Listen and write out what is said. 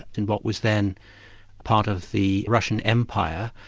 in what was then part of the russian empire.